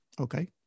Okay